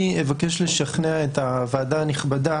אני אבקש לשכנע את הוועדה הנכבדה